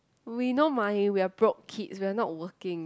we no money we are broke kids we are not working